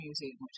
Museum